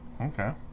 okay